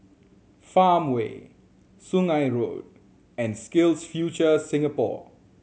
Farmway Sungei Road and SkillsFuture Singapore